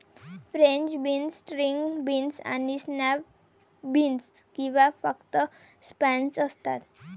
French beans, string beans आणि snap beans किंवा फक्त स्नॅप्स असतात